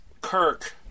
Kirk